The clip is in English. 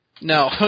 No